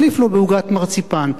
החליף לו בעוגת מרציפן.